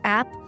app